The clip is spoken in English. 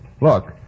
Look